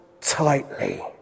tightly